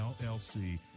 LLC